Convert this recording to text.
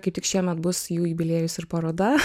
kai tik šiemet bus jubiliejus ir paroda